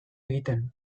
egiten